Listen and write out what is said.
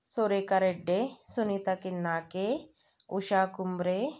Surekha Reddy Sunita Kinnake Usha Kumbre